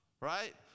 right